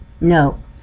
No